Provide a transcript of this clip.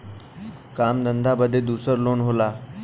काम धंधा बदे दूसर लोन होला